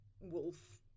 wolf